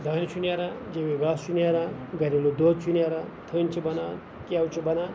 دانہِ چھُ نیران گاسہٕ چھُ نیران گَریلوٗ دۄد چھُ نیران تھٔنۍ چھِ بَنان گٮ۪و چھُ بَنان